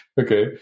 Okay